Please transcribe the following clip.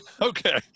okay